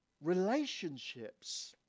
relationships